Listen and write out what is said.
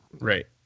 right